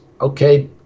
okay